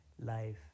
life